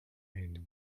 and